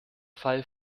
fall